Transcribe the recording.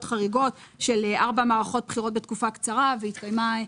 חריגות של ארבע מערכות בחירות בתקופה קצרה והתקיימה,